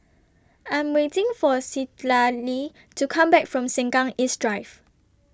I'm waiting For Citlalli to Come Back from Sengkang East Drive